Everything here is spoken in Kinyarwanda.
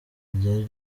ryari